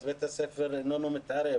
אז בית הספר לא מתערב.